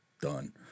done